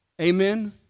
Amen